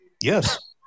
Yes